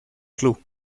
club